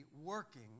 working